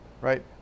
Right